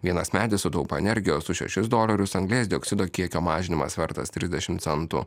vienas medis sutaupo energijos už šešis dolerius anglies dioksido kiekio mažinimas vertas trisdešimt centų